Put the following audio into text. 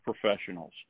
professionals